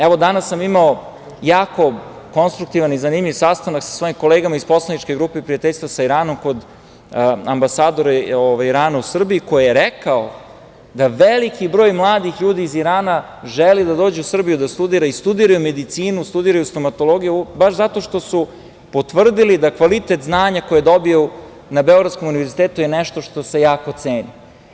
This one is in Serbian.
Evo, danas sam imao jako konstruktivan i zanimljiv sastanak sa svojim kolegama iz Poslaničke grupe prijateljstva sa Iranom kod ambasadora Irana u Srbiji, koji je rekao da veliki broj mladih ljudi iz Irana želi da dođe u Srbiju da studira, i studiraju medicinu, stomatologiju, baš zato što su potvrdili da kvalitet znanja koje dobiju na beogradskom univerzitetu je nešto što se jako ceni.